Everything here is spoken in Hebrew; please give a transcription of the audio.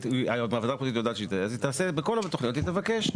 אז בכל התוכניות היא תבקש.